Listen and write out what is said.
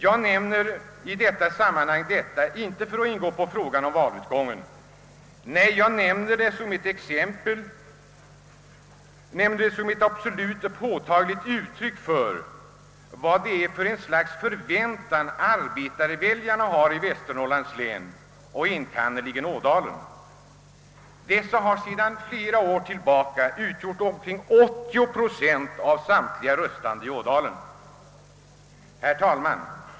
Jag nämner detta inte för att gå in på frågan om valutgången, utan jag nämner det som ett absolut och påtagligt uttryck för vad det är för slags förväntan arbetarväljarna har i Västernorrlands län, enkannerligen Ådalen. Dessa utgör sedan många år tillbaka omkring 80 procent av samtliga röstande i Ådalen. Herr talman!